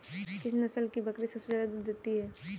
किस नस्ल की बकरी सबसे ज्यादा दूध देती है?